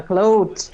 חקלאות,